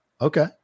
Okay